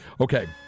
Okay